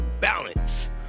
balance